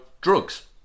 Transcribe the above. drugs